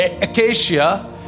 Acacia